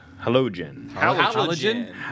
Halogen